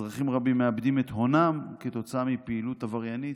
אזרחים רבים מאבדים את הונם כתוצאה מפעילות עבריינית,